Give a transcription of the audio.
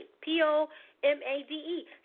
P-O-M-A-D-E